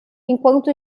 enquanto